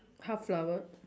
half flower